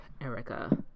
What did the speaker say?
Erica